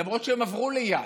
למרות שהם עברו ליד,